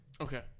Okay